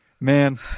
Man